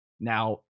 Now